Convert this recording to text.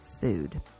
food